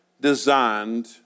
designed